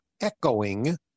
echoing